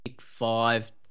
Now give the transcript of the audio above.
five